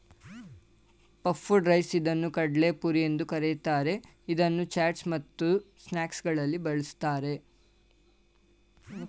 puffed rice ಇದನ್ನು ಕಡಲೆಪುರಿ ಎಂದು ಕರಿತಾರೆ, ಇದನ್ನು ಚಾಟ್ಸ್ ಮತ್ತು ಸ್ನಾಕ್ಸಗಳಲ್ಲಿ ಬಳ್ಸತ್ತರೆ